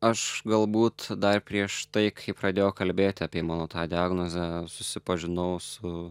aš galbūt dar prieš tai kai pradėjo kalbėti apie mano tą diagnozę susipažinau su